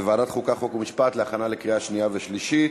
חוק ומשפט להכנה לקריאה שנייה ושלישית.